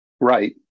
Right